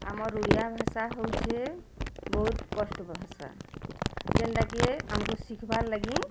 ଆମର ଓଡ଼ିଆ ଭାଷା ହେଉଛେ ବହୁତ କଷ୍ଟ ଭାଷା ଯେନ୍ତା କି ଆମକୁ ଶିଖିବାର୍ ଲାଗି